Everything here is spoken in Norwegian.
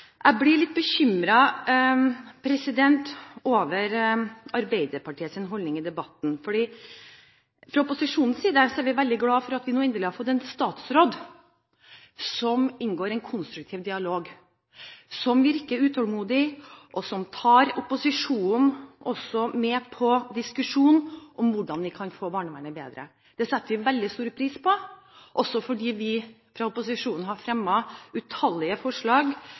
Jeg blir litt bekymret over Arbeiderpartiets holdning i debatten. Fra opposisjonens side er vi veldig glade for at vi nå endelig har fått en statsråd som inngår en konstruktiv dialog, som virker utålmodig, og som også tar opposisjonen med på diskusjon om hvordan vi kan få barnevernet bedre. Det setter vi veldig stor pris på, for opposisjonen har fremmet utallige forslag,